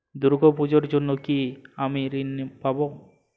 দুর্গা পুজোর জন্য কি আমি ঋণ পাবো?